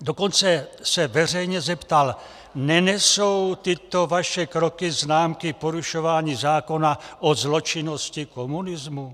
Dokonce se veřejně zeptal: Nenesou tyto vaše kroky známky porušování zákona o zločinnosti komunismu?